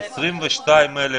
22,000